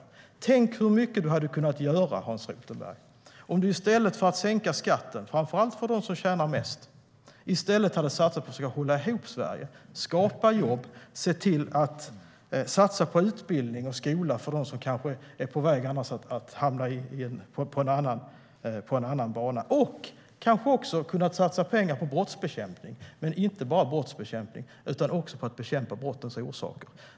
Tänk hur mycket du hade kunnat göra, Hans Rothenberg, om du i stället för att sänka skatten, framför allt för dem som tjänar mest, hade satsat på att hålla ihop Sverige, skapa jobb och satsa på utbildning och skola för dem som annars är på väg att hamna på en annan bana, och dessutom hade kunnat satsa pengar på brottsbekämpning! Men då handlar det inte bara om att bekämpa brott utan också om att bekämpa brottens orsaker.